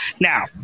Now